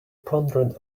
pondered